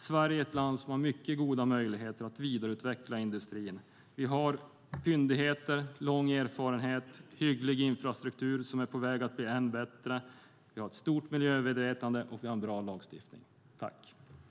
Sverige är ett land som har mycket goda möjligheter att vidareutveckla industrin. Vi har fyndigheter, lång erfarenhet och en hygglig infrastruktur som är på väg att bli ännu bättre. Vi har stort miljömedvetande och en bra lagstiftning. I detta anförande instämde Jonas Jacobsson Gjörtler, Olof Lavesson, Lotta Olsson, Hans Rothenberg och Boriana Åberg samt Mats Odell .